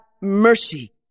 mercy